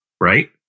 Right